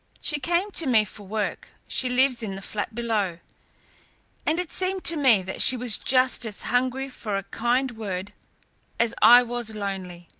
she came to me for work she lives in the flat below and it seemed to me that she was just as hungry for a kind word as i was lonely,